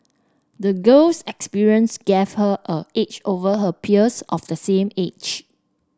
the girl's experience gave her an edge over her peers of the same age